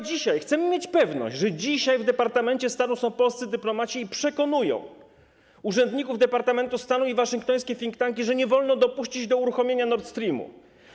Dzisiaj chcemy mieć pewność, że w departamencie stanu są polscy dyplomaci i przekonują urzędników departamentu stanu i waszyngtońskie think tanki, że nie wolno dopuścić do uruchomienia Nord Streamu.